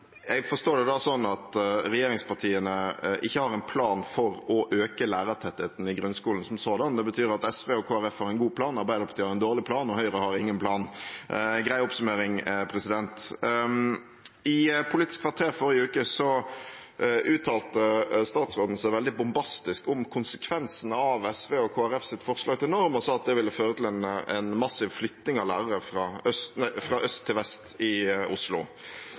Jeg forstår det da sånn at regjeringspartiene ikke har en plan for å øke lærertettheten i grunnskolen som sådan. Det betyr at SV og Kristelig Folkeparti har en god plan, Arbeiderpartiet har en dårlig plan, og Høyre har ingen plan – en grei oppsummering. I Politisk kvarter i forrige uke uttalte statsråden seg veldig bombastisk om konsekvensene av Kristelig Folkeparti og SVs forslag til norm og sa at det ville føre til en massiv flytting av lærere fra øst til vest i Oslo.